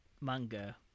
manga